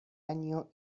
año